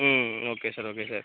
ம் okay sir okay sir